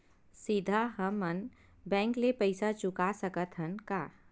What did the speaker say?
सीधा हम मन बैंक ले पईसा चुका सकत हन का?